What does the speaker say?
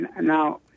Now